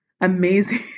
Amazing